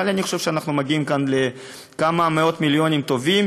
אבל אני חושב שאנחנו מגיעים כאן לכמה מאות מיליונים טובים,